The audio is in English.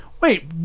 wait